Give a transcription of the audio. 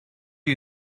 you